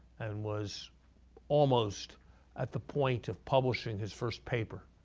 and was almost at the point of publishing his first paper.